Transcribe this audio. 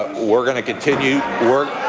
we're going to continue